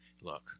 Look